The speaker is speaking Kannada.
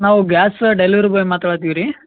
ನಾವು ಗ್ಯಾಸ್ ಡೆಲಿವರಿ ಬಾಯ್ ಮಾತಾಡತೀವಿ ರೀ